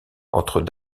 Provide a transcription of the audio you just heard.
entre